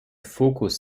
fokus